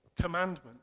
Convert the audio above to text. commandment